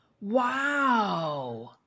Wow